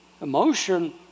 emotion